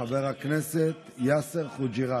חבר הכנסת יאסר חוג'יראת.